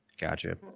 Gotcha